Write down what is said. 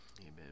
Amen